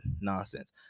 nonsense